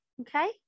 Okay